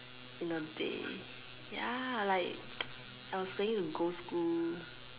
in a day ya like I was planning to go school